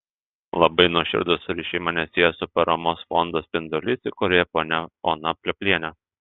labai nuoširdūs ryšiai mane sieja su paramos fondo spindulys įkūrėja ponia ona pliopliene